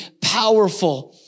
powerful